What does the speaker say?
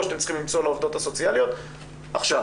שאתם צריכים למצוא לעובדות הסוציאליות עכשיו,